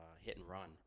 hit-and-run